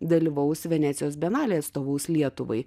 dalyvaus venecijos bienalėje atstovaus lietuvai